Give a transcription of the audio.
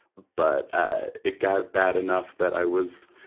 but ah it got bad enough that i was,